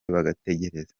bagatekereza